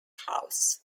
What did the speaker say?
house